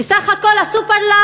וסך הכול ה"סופרלנד"